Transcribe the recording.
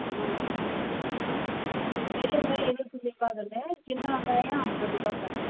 ம் பெரிய வெங்காயம் இருபத்தஞ்சிருபா கண்ணு சின்ன வெங்காயம் ஐம்பதுருபா கண்ணு